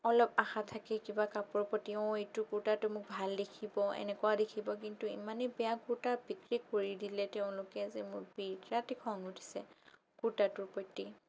অলপ আশা থাকে কিবা কাপোৰৰ প্ৰতি অঁ এই কুৰ্তাটো মোক ভাল দেখিব এনেকুৱা দেখিব কিন্তু ইমানেই বেয়া কুৰ্তা বিক্ৰী কৰি দিলে তেওঁলোকে যে মোৰ বিৰাতেই খং উঠিছে কুৰ্তাটোৰ প্ৰতি